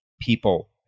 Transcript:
people